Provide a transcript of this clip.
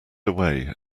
away